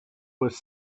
was